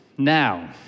Now